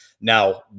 Now